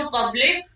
Public